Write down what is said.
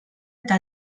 eta